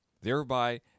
thereby